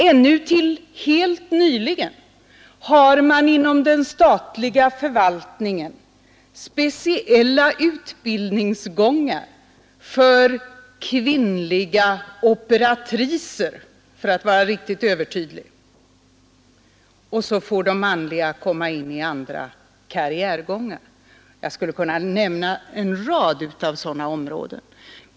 Ännu helt nyligen upptäckte jag inom den statliga förvaltningen att man har speciella utbildningsgångar för ”kvinnliga operatriser” för att vara riktigt övertydlig — och så får de manliga komma in i andra och bättre karriärgångar. Jag skulle kunna nämna en rad av sådana områden.